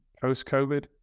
post-COVID